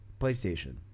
PlayStation